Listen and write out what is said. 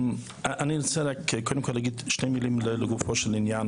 אני קודם כל רוצה לומר שתי מילים לגופו של עניין